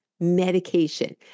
medication